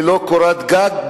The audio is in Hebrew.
ללא קורת גג,